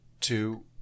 two